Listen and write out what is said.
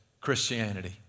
Christianity